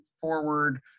forward